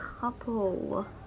couple